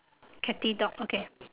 catty dog okay